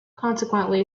consequently